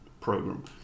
program